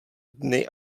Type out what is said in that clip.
dny